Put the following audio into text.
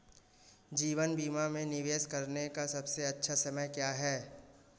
जीवन बीमा में निवेश करने का सबसे अच्छा समय क्या है?